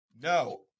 No